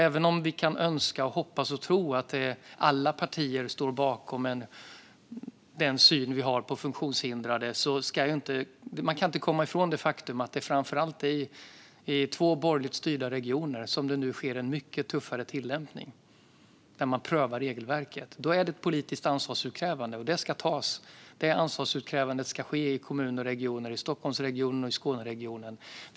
Även om vi kan önska, hoppas och tro att alla partier står bakom den syn på funktionshindrade som vi har kommer vi inte ifrån det faktum att det, framför allt i två borgerligt styrda regioner, sker en mycket tuffare tillämpning när man prövar regelverket. Då handlar det om politiskt ansvarsutkrävande. Det ansvaret ska tas. Det ansvarsutkrävandet ska ske i kommuner och regioner, i Stockholmsregionen och i Skåneregionen.